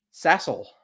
Sassel